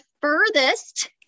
furthest